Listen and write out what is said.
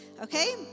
Okay